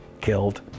killed